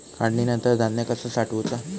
काढणीनंतर धान्य कसा साठवुचा?